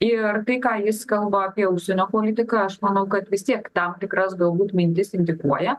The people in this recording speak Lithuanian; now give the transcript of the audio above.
ir tai ką jis kalba apie užsienio politiką aš manau kad vis tiek tam tikras galbūt mintis indikuoja